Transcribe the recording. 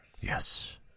Yes